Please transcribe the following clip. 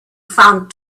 found